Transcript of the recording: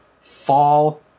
fall